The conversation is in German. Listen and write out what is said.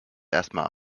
erstmal